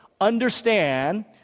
Understand